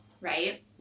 Right